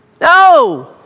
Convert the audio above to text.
No